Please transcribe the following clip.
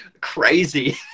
crazy